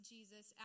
Jesus